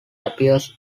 appears